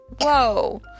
Whoa